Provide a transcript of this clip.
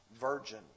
virgin